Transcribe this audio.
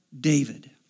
David